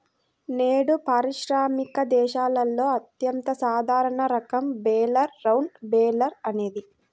నేడు పారిశ్రామిక దేశాలలో అత్యంత సాధారణ రకం బేలర్ రౌండ్ బేలర్ అనేది